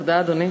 תודה, אדוני.